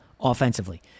offensively